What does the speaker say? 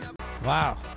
wow